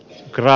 kyra